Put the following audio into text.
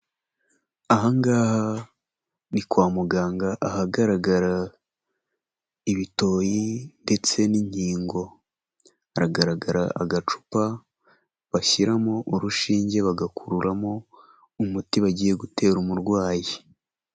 Ahangaha ni kwa muganga ahagaragara ibitoyi ndetse n'inkingo, hagaragara agacupa bashyiramo urushinge bagakururamo umuti bagiye gutera umurwayi.